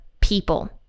people